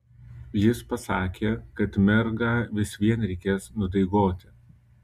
jis pasakė kad mergą vis vien reikės nudaigoti